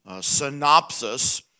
synopsis